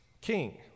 king